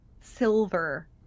silver-